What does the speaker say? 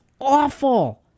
awful